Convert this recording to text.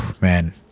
man